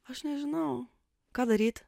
aš nežinau ką daryt